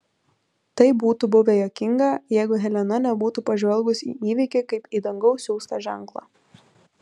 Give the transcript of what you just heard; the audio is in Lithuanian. tai būtų buvę juokinga jeigu helena nebūtų pažvelgus į įvykį kaip į dangaus siųstą ženklą